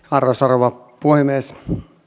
arvoisa rouva puhemies